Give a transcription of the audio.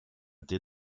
did